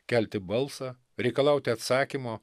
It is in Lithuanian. kelti balsą reikalauti atsakymo